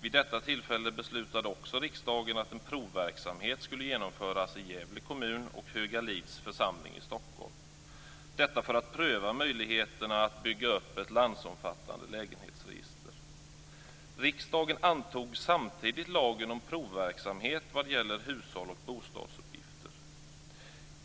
Vid detta tillfälle beslutade också riksdagen att en provverksamhet skulle genomföras i Gävle kommun och Högalids församling i Stockholm, detta för att pröva möjligheterna att bygga upp ett landsomfattande lägenhetsregister. Riksdagen antog samtidigt lagen om provverksamhet vad gäller hushålls och bostadsuppgifter.